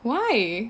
why